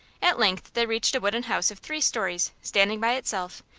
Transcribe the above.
at length they reached a wooden house of three stories, standing by itself,